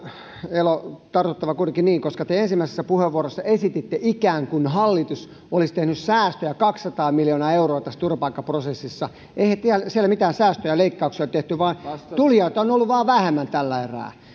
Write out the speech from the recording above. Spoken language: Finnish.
elo on tartuttava kuitenkin niin koska te ensimmäisessä puheenvuorossa esititte ikään kuin hallitus olisi tehnyt säästöjä kaksisataa miljoonaa euroa tässä turvapaikkaprosessissa että eihän siellä mitään säästöjä leikkauksia ole tehty vaan tulijoita on ollut vain vähemmän tällä erää